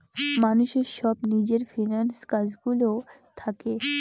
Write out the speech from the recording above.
মানুষের সব নিজের ফিন্যান্স কাজ গুলো থাকে